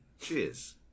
cheers